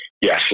Yes